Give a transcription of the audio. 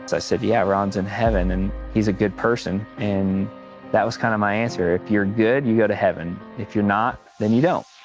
so i said yeah ron's in heaven and he's a good person. and that was kind of my answer. if you're good you go to heaven. if you're not, then you don't.